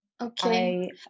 okay